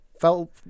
felt